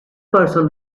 person